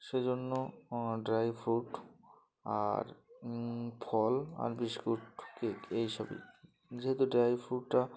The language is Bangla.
সে জন্য ড্রাই ফ্রুট আর ফল আর বিস্কুট কেক এইসবই যেহেতু ড্রাই ফ্রুটটা